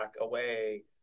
away